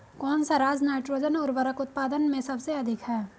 कौन सा राज नाइट्रोजन उर्वरक उत्पादन में सबसे अधिक है?